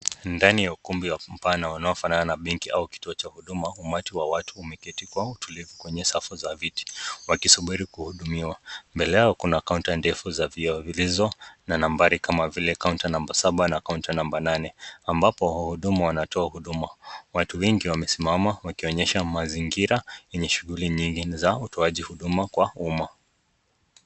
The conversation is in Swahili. Ndani ya ukumbi mkubwa unaofanana na banki ama kituo cha huduma umati wa watu umeketi kw autulivu kwenye safu za viti wakisubiri kuhudumiwa. Kando yao kuna kaunta ndefu za vioo zilizo na nambari kama vile kaunta namba saba na kaunta namba nane ambapo wahudumu wanatoa huduma. Watu wengi wamesimama wakionyesha mazingira yemye shughuli mingi na za utoaji huduma kwa umma.